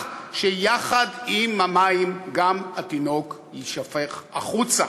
שיחד עם המים גם התינוק יישפך החוצה,